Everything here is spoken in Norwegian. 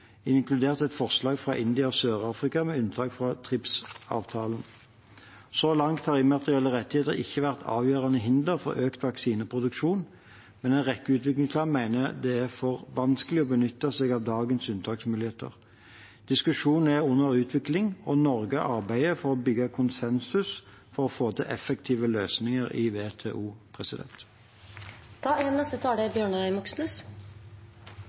inkludert et forslag fra India og Sør-Afrika om unntak fra TRIPS-avtalen. Så langt har immaterielle rettigheter ikke vært avgjørende hinder for økt vaksineproduksjon, men en rekke utviklingsland mener det er for vanskelig å benytte seg av dagens unntaksmuligheter. Diskusjonen er under utvikling, og Norge arbeider for å bygge konsensus for å få til effektive løsninger i WTO.